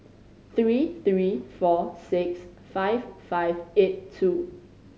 three three four six five five eight two